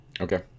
okay